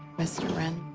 mr. wren?